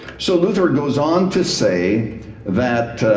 so luther goes on to say that